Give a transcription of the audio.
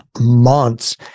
months